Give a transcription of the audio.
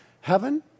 heaven